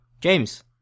James